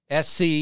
sc